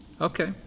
Okay